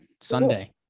Sunday